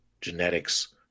genetics